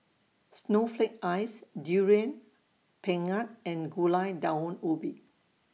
Snowflake Ice Durian Pengat and Gulai Daun Ubi